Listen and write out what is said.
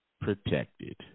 protected